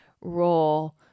role